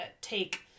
take